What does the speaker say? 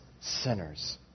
sinners